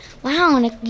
Wow